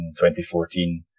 2014